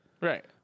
Right